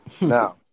No